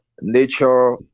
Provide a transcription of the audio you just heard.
nature